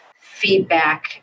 feedback